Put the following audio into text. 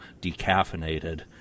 decaffeinated